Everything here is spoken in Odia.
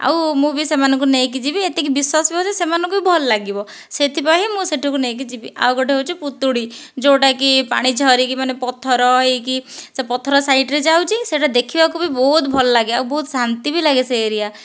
ଆଉ ମୁଁ ବି ସେମାନଙ୍କୁ ନେଇକି ଯିବି ଏତିକି ବିଶ୍ଵାସ ବି ଅଛି ସେମାନଙ୍କୁ ବି ଭଲ ଲାଗିବ ସେଥିପାଇଁ ହିଁ ମୁଁ ସେଠାକୁ ନେଇକି ଯିବି ଆଉ ଗୋଟିଏ ହେଉଛି ପୁତୁଡ଼ି ଯେଉଁଟାକି ପାଣି ଝରିକି ମାନେ ପଥର ହୋଇକି ସେ ପଥର ସାଇଡ୍ରେ ଯାଉଛି ସେଇଟା ଦେଖିବାକୁ ବି ବହୁତ ଭଲ ଲାଗେ ଆଉ ବହୁତ ଶାନ୍ତି ବି ଲାଗେ ସେ ଏରିଆ